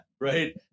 right